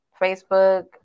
Facebook